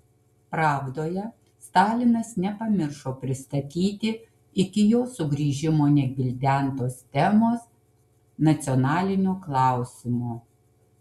pravdoje stalinas nepamiršo pristatyti iki jo sugrįžimo negvildentos temos nacionalinio klausimo